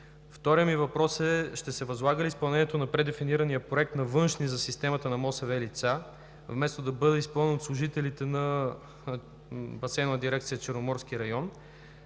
Вторият ми въпрос е: ще се възлага ли изпълнението на предефинирания проект на външни за системата на МОСВ лица, вместо да бъде изпълнен от служителите на Басейнова дирекция „Черноморски район“,